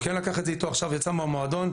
כן לקח את זה איתו עכשיו כשיצא מהמועדון,